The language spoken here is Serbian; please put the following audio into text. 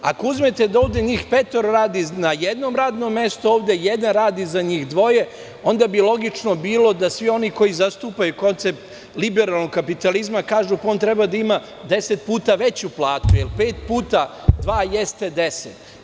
Ako uzmete da ovde njih petoro radi na jednom radnom mestu, a ovde jedan radi za njih dvoje, onda bi logično bilo da svi oni koji zastupaju koncept liberalnog kapitalizma kažu – pa on treba da ima deset puta veću platu, jer pet puta dva jeste 10.